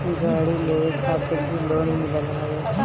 गाड़ी लेवे खातिर भी लोन मिलत हवे